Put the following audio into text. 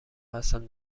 هستم